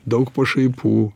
daug pašaipų